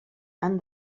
han